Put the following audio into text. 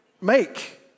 make